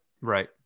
Right